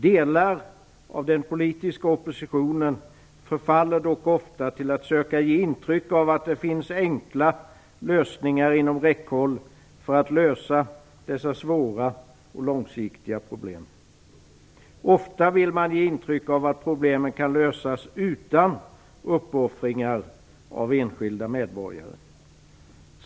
Delar av den politiska oppositionen förfaller dock ofta till att söka ge intryck av att det finns enkla lösningar inom räckhåll för dessa svåra och långsiktiga problem. Ofta vill man ge intryck av att problemen kan lösas utan uppoffringar av enskilda medborgare.